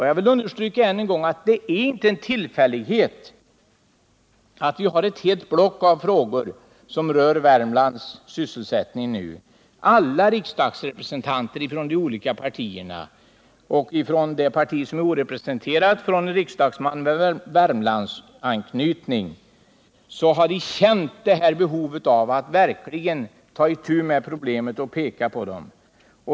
Jag vill än en gång understryka att det inte är en tillfällighet att vi nu har ett helt block av frågor som rör Värmlands sysselsättning. Alla representanter för Värmland inom de olika partierna och en representant för det parti som inte har någon riksdagsledamot från Värmland har känt ett behov av att verkligen ta itu med problemen.